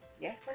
Yes